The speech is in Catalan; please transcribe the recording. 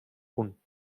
punt